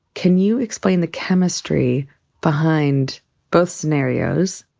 can you explain the chemistry behind both scenarios?